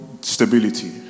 stability